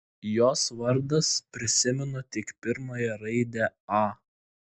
jos vardas prisimenu tik pirmąją raidę a